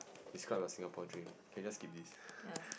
describe your Singapore dream can we just skip this